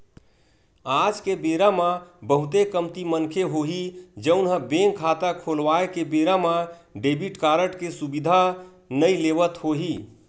आज के बेरा म बहुते कमती मनखे होही जउन ह बेंक खाता खोलवाए के बेरा म डेबिट कारड के सुबिधा नइ लेवत होही